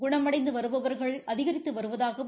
குணமடைந்து வருபவர்களின் அதிகரித்து வருவதாகவும்